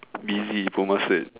busy ~ploma cert